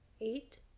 eight